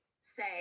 say